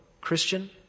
Christian